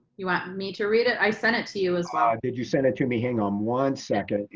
you want me to read it? i sent it to you as well. ah did you send it to me? hang on one second.